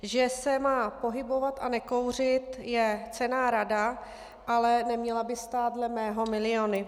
Že se má pohybovat a nekouřit, je cenná rada, ale neměla by stát dle mého miliony.